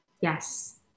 Yes